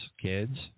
kids